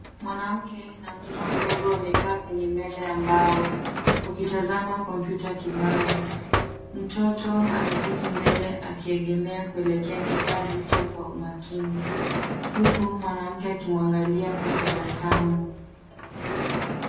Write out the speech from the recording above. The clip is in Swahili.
Mwanamke na mtoto mdogo wamekaa kwenye meza ya mbao wakitazama kompyuta kibao. Mtoto ameketi mbele akiegemea kifaa hicho kwa umakini huku mwanamke akimwangalia kwa tabasamu.